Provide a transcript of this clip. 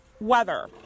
weather